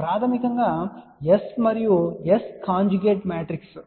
ప్రాథమికంగా S మరియు S conjugate matrix